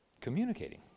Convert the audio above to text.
communicating